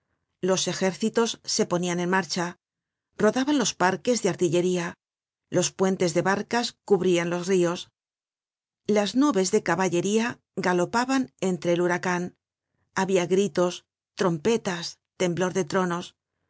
los ejércitos se ponian en marcha rodaban los parques de artillería los puentes de barcas cubrian los rios las nubes de caballería galopaban entre el huracan habia gritos trompetas temblor de tronos